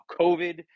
covid